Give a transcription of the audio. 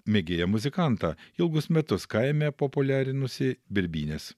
mėgėją muzikantą ilgus metus kaime populiarinusį birbynes